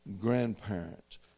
grandparents